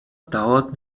dauert